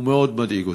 הוא מאוד מדאיג אותי.